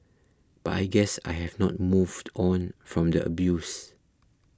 but I guess I have not moved on from the abuse